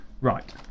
Right